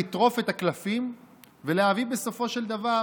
לטרוף את הקלפים ולהביא בסופו של דבר,